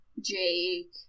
Jake